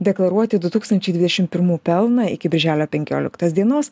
deklaruoti du tūkstančiai dvidešimt pirmų pelną iki birželio penkioliktos dienos